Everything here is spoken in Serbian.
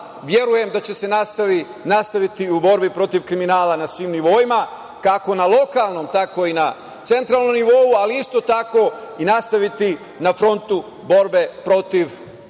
verujem da će se nastaviti u borbi protiv kriminala na svim nivoima, kako na lokalnom, tako i na centralnom nivou, ali isto tako i nastaviti na frontu borbe protiv korupcije,